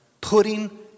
putting